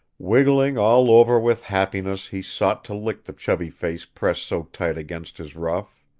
wiggling all over with happiness he sought to lick the chubby face pressed so tight against his ruff.